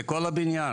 לכל הבניין.